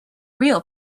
real